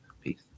Peace